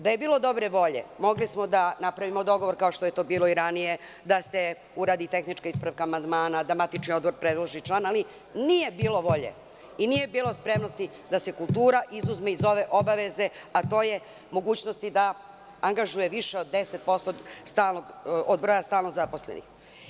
Da je bilo dobre volje, mogli smo da napravimo dogovor, kao što je to bilo i ranije, pa da se uradi tehnička ispravka amandmana, da matični odbor predloži član, ali nije bilo volje i nije bilo spremnosti da se kultura izuzme iz ove obaveze, a to je mogućnost da angažuje više od 10% od broja stalno zaposlenih.